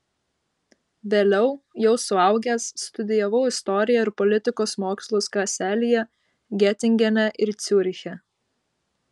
vėliau jau suaugęs studijavau istoriją ir politikos mokslus kaselyje getingene ir ciuriche